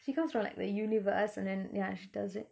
she comes from like the universe and then ya she does it